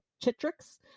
Chitrix